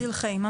מציל חיים.